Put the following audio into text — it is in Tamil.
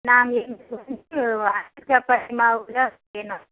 நாங்கள் எங்களுக்கு வந்து சப்பாத்தி மாவு தான் வேணும்